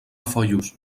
foios